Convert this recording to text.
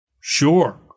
Sure